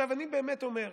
אני באמת אומר: